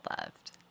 loved